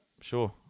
sure